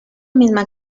misma